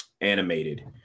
animated